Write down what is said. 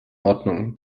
ordnung